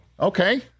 Okay